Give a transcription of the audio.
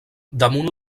damunt